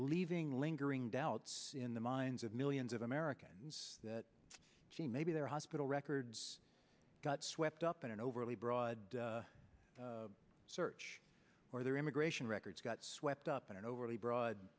leaving lingering doubts in the minds of millions of americans that gee maybe their hospital records got swept up in an overly broad search or their immigration records got swept up in an overly broad